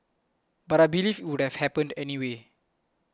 but I believe would have happened anyway